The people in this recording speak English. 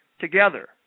together